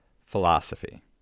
philosophy